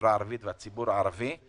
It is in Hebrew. החברה הערבית והציבור הערבי.